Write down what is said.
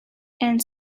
and